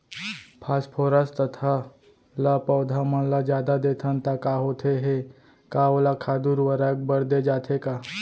Phosphorus तथा ल पौधा मन ल जादा देथन त का होथे हे, का ओला खाद उर्वरक बर दे जाथे का?